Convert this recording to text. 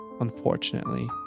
unfortunately